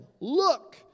Look